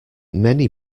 many